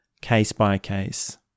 case-by-case